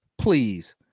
Please